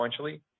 sequentially